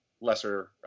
lesser